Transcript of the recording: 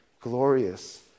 glorious